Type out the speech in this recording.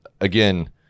again